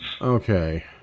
Okay